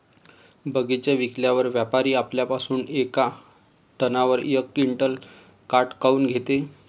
बगीचा विकल्यावर व्यापारी आपल्या पासुन येका टनावर यक क्विंटल काट काऊन घेते?